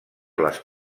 les